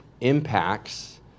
impacts